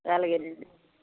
అలాగేనండి